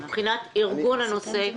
מבחינת ארגון הנושא.